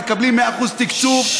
ומקבלים 100% תקצוב,